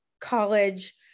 college